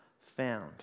found